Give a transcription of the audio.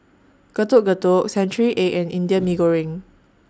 Getuk Getuk Century Egg and Indian Mee Goreng